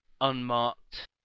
unmarked